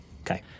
Okay